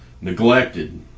neglected